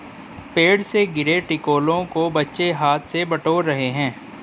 पेड़ से गिरे टिकोलों को बच्चे हाथ से बटोर रहे हैं